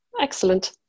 excellent